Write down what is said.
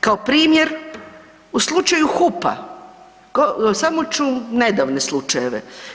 Kao primjer, u slučaju HUP-a, samo ću nedavne slučajeve.